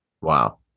Wow